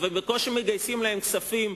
ובקושי מגייסים להם כספים,